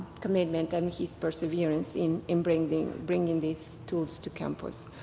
commitment and his perseverance in in bringing bringing these tools to campus.